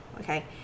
Okay